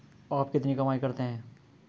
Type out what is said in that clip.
आप कितनी कमाई करते हैं?